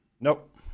Nope